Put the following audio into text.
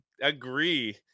agree